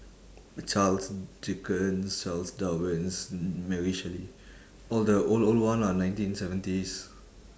charles dickens charles darwin mary shelley all the old old one ah nineteen seventies